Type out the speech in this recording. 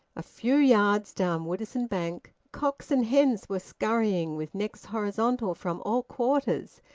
a few yards down woodisun bank, cocks and hens were scurrying, with necks horizontal, from all quarters,